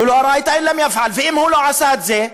(אומר בערבית ומתרגם:) ואם הוא לא עשה את זה,